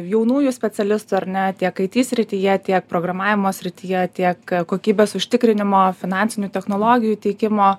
jaunųjų specialistų ar ne tiek aity srityje tiek programavimo srityje tiek kokybės užtikrinimo finansinių technologijų teikimo